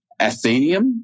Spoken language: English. Athenium